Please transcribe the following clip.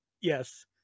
yes